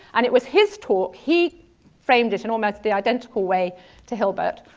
and it was his talk, he framed it in almost the identical way to hilbert.